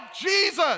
Jesus